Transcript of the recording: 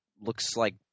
looks-like